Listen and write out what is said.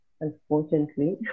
unfortunately